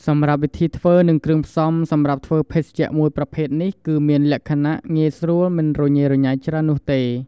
សម្រាប់វិធីធ្វើ និងគ្រឿងផ្សំសម្រាប់ធ្វើភេសជ្ជៈមួយប្រភេទនេះ គឺមានលក្ខណៈងាយស្រួលមិនរញ៉េរញ៉ៃច្រើននោះទេ។